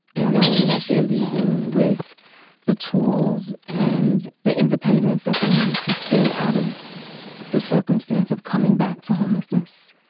and knowing that they're leaving with the tools and the independence that they need to stay out of the circumstance of coming back to homelessness?